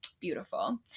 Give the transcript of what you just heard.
Beautiful